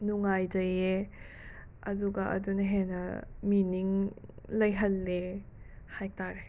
ꯅꯨꯡꯉꯥꯏꯖꯩꯌꯦ ꯑꯗꯨꯒ ꯑꯗꯨꯅ ꯍꯦꯟꯅ ꯃꯤꯅꯤꯡ ꯂꯩꯍꯜꯂꯦ ꯍꯥꯏꯇꯥꯔꯦ